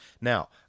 Now